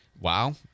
wow